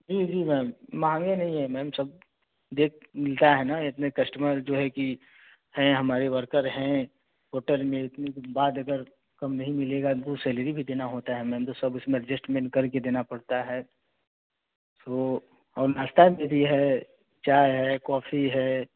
जी जी मैम महँगे नहीं है मैम सब देख मिलता है ना इतने कस्टमर जो है कि हैं हमारे वर्कर हैं होटल में इतने दिन बात अगर कम नहीं मिलेगा उनको सैलरी भी देना होता है मैम तो सब उसमें अडजेस्टमेंट करके देना पड़ता है सो और नाश्ता में भी है चाय है कॉफी है